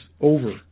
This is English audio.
over